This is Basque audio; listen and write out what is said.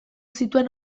zituen